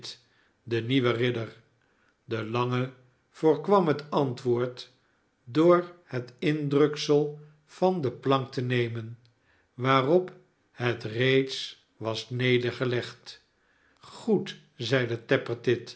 den nieuwen ridder de lange voorkwam het antwoord door het indruksel van de plank te nemen waarop het reeds was nedergelegd goed zeide